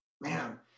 Man